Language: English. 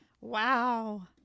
Wow